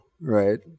right